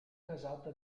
casata